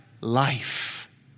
life